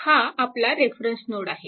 हा आपला reference node आहे